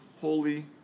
Holy